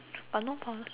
but no toilet